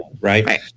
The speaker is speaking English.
Right